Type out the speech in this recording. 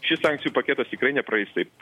šis sankcijų paketas tikrai nepraeis taip